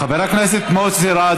חבר הכנסת מוסי רז,